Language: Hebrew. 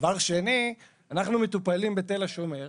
דבר שני: אנחנו מטופלים בתל השומר,